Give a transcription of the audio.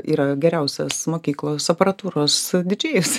yra geriausias mokyklos aparatūros didžėjus